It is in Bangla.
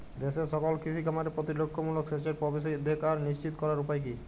দেশের সকল কৃষি খামারে প্রতিরক্ষামূলক সেচের প্রবেশাধিকার নিশ্চিত করার উপায় কি?